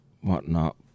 whatnot